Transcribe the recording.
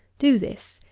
do this,